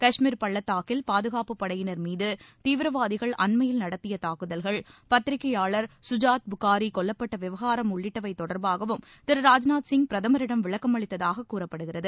கஷ்மீர் பாதுகாப்பு படையினர் மீது தீவிரவாதிகள் அண்மையில் நடத்திய தாக்குதல்கள் பத்திரிகையாளர் கஜாத் புகாரி கொல்லப்பட்ட விவகாரம் உள்ளிட்டவை தொடர்பாகவும் திரு ராஜ்நாத் விளக்கமளித்ததாக கூறப்படுகிறது